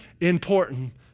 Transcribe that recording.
important